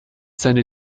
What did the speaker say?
seine